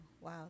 wow